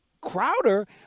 Crowder